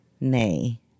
nay